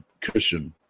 cushion